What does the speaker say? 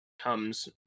comes